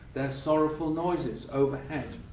their sorrowful noises overhead.